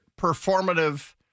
performative